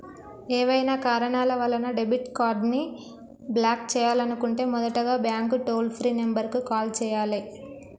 ఏవైనా కారణాల వలన డెబిట్ కార్డ్ని బ్లాక్ చేయాలనుకుంటే మొదటగా బ్యాంక్ టోల్ ఫ్రీ నెంబర్ కు కాల్ చేయాలే